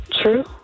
True